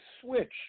switch